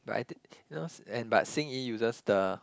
but I think and but Xing-Yi uses the